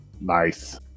Nice